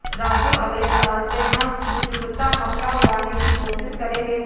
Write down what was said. राजू अगले साल से हम त्रिशुलता मक्का उगाने की कोशिश करेंगे